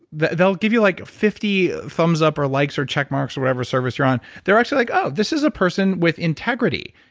they'll give you like fifty thumbs up or likes or check marks or whatever service you're on. they're actually like, oh, this is a person with integrity.